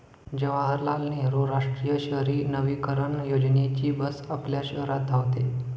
जवाहरलाल नेहरू राष्ट्रीय शहरी नवीकरण योजनेची बस आपल्या शहरात धावते